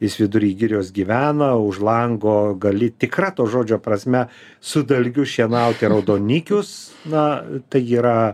jis vidury girios gyvena už lango gali tikra to žodžio prasme su dalgiu šienauti raudonikius na tai yra